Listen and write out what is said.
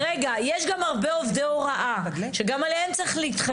יש גם הרבה עובדי הוראה שיוצאים